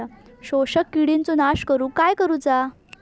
शोषक किडींचो नाश करूक काय करुचा?